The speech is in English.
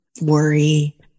worry